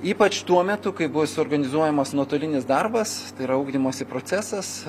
ypač tuo metu kai bus organizuojamas nuotolinis darbas tai yra ugdymosi procesas